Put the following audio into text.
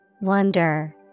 Wonder